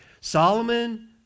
Solomon